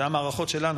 זה המערכות שלנו,